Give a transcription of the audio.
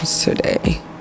today